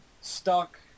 stuck